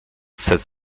sets